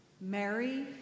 Mary